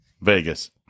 Vegas